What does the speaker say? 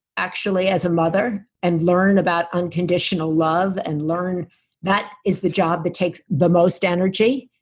actually, as a mother, and learn about unconditional love and learn that is the job that takes the most energy,